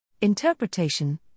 Interpretation